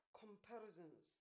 comparisons